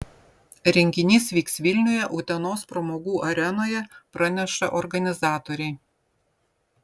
renginys vyks vilniuje utenos pramogų arenoje praneša organizatoriai